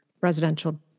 residential